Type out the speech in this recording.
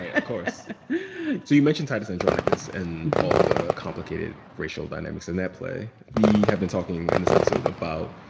ah of course. so you mentioned titus andronicus and all of the complicated racial dynamics in that play. we have been talking in this episode about,